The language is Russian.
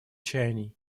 чаяний